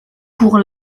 pour